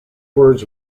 words